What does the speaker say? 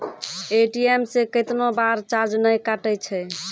ATM से कैतना बार चार्ज नैय कटै छै?